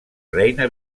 reina